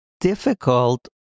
difficult